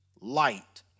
light